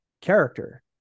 character